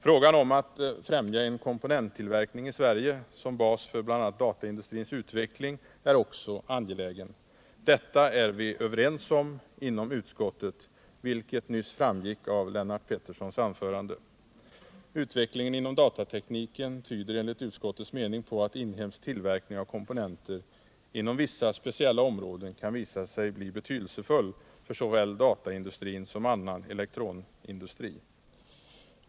Frågan om att främja en komponenttillverkning i Sverige som bas för bl.a. dataindustrins utveckling är angelägen. Detta är vi överens om inom utskottet, vilket nyss framgick av Lennart Petterssons anförande. Utvecklingen inom datatekniken tyder enligt utskottets mening på att inhemsk tillverkning av komponenter inom vissa speciella områden kan visa sig bli betydelsefull för såväl dataindustrin som annan elektronindustri.